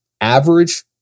average